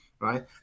right